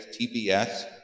TBS